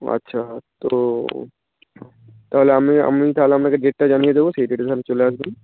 ও আচ্ছা তো তাহলে আমি আমি তাহলে আপনাকে ডেটটা জানিয়ে দেব সেই ডেটে আপনি চলে আসবেন